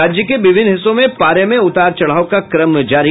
और राज्य के विभिन्न हिस्सों में पारे में उतार चढ़ाव का क्रम जारी